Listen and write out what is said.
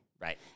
Right